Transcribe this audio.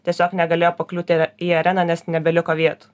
tiesiog negalėjo pakliūti are į areną nes nebeliko vietų